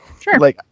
Sure